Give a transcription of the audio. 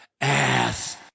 ass